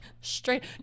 straight